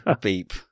beep